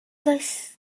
does